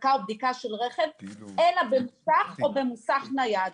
אחזקה או בדיקה של רכב, אלא במוסך או במוסך נייד".